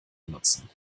benutzen